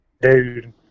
Dude